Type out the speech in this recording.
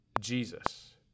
Jesus